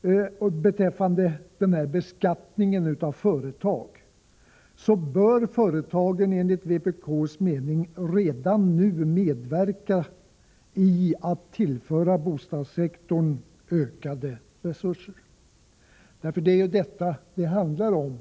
ske beträffande beskattningen av företag, bör företagen enligt vpk:s mening redan nu medverka i att tillföra bostadssektorn ökade resurser. Det är ju vad det handlar om.